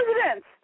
presidents